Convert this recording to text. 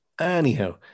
Anyhow